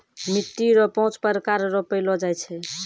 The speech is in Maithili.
मिट्टी रो पाँच प्रकार रो पैलो जाय छै